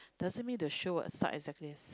doesn't mean the show will start exactly as